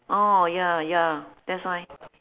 orh ya ya that's why